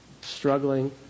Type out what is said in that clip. struggling